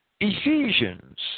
Ephesians